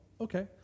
okay